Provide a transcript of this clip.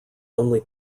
only